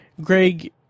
Greg